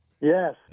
Yes